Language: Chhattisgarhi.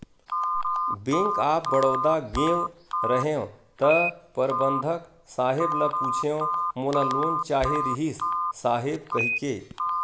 बेंक ऑफ बड़ौदा गेंव रहेव त परबंधक साहेब ल पूछेंव मोला लोन चाहे रिहिस साहेब कहिके